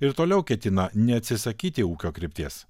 ir toliau ketina neatsisakyti ūkio krypties